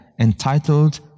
entitled